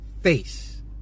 face